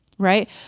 right